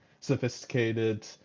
sophisticated